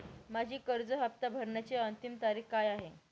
माझी कर्ज हफ्ता भरण्याची अंतिम तारीख काय आहे?